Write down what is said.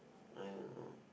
I don't know